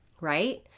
right